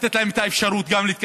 לתת להם את האפשרות להתקדם,